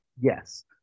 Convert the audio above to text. Yes